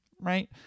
Right